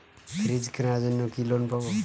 Fridge কেনার জন্য কি লোন পাব?